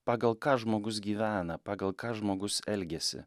pagal ką žmogus gyvena pagal ką žmogus elgiasi